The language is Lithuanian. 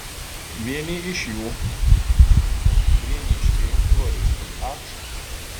vieni iš jų prieniškiai floristai ačai